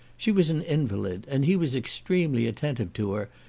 she was an invalid, and he was extremely attentive to her,